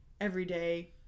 everyday